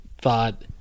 thought